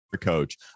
coach